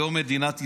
היום, מדינת ישראל,